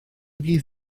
dydd